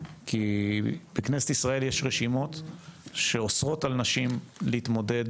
כי בכנסת ישראל יש רשימות שאוסרות על נשים להתמודד